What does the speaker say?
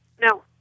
No